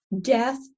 death